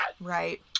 right